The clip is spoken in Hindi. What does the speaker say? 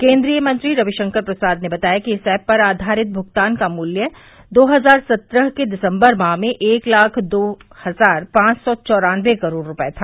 केन्द्रीय मंत्री रविशंकर प्रसाद ने बताया कि इस ऐप पर आधारित भुगतान का मूल्य दो हजार सत्रह के दिसंबर माह में एक लाख दो हजार पांच सौ चौरानवे करोड़ रुपये था